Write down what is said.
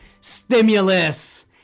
Stimulus